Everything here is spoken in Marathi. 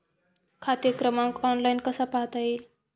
खाते क्रमांक ऑनलाइन कसा पाहता येईल?